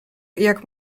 jak